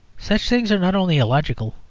such things are not only illogical,